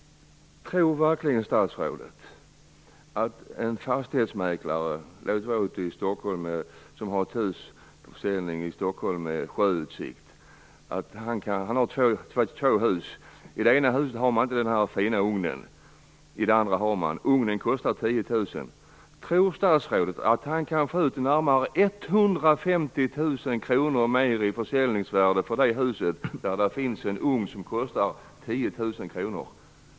En fastighetsmäklare har två hus med sjöutsikt till försäljning i Stockholm. I det ena huset har man ingen fin ugn. I det andra har man det. Ugnen kostar 10 000. Tror statsrådet att mäklaren kan få ut närmare 150 000 kr mer i försäljningsvärde för det hus där det finns en ugn som kostar 10 000 kr?